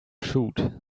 shoot